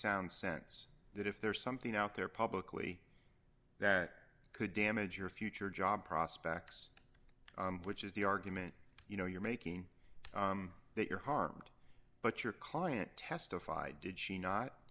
sound sense that if there's something out there publicly that could damage your future job prospects which is the argument you know you're making that you're harmed but your client testified did she not